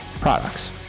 products